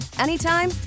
anytime